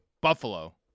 Buffalo